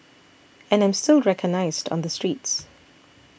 and I'm still recognised on the streets